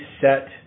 set